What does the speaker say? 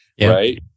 right